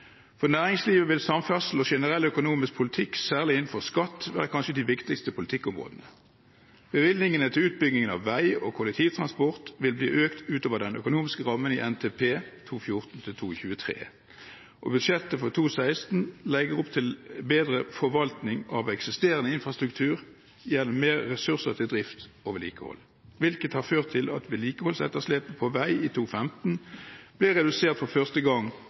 For næringslivet vil samferdselspolitikk og generell økonomisk politikk, særlig innenfor skatt, være kanskje de viktigste politikkområdene. Bevilgningene til utbyggingen av vei og kollektivtransport vil bli økt ut over den økonomiske rammen i NTP 2014–2023. Budsjettet for 2016 legger opp til bedre forvaltning av eksisterende infrastruktur, mer ressurser til drift og vedlikehold, hvilket har ført til at vedlikeholdsetterslepet på vei i 2015 ble redusert for første gang